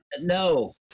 no